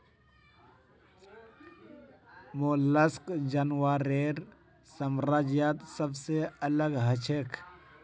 mollusc जानवरेर साम्राज्यत सबसे अलग हछेक